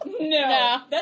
No